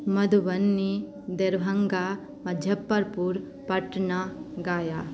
Madhubani Darbhanga Muzaffarpur Patna Gaya